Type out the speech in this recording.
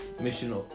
Mission